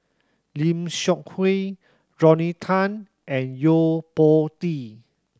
Lim Seok Hui Rodney Tan and Yo Po Tee